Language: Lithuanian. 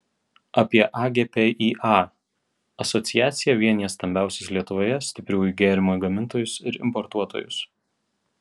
apie agpįa asociacija vienija stambiausius lietuvoje stipriųjų gėrimų gamintojus ir importuotojus